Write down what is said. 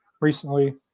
recently